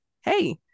hey